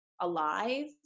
alive